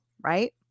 right